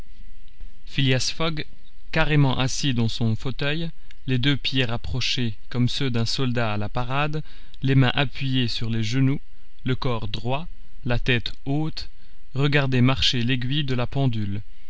fogg carrément assis dans son fauteuil les deux pieds rapprochés comme ceux d'un soldat à la parade les mains appuyées sur les genoux le corps droit la tête haute regardait marcher l'aiguille de la pendule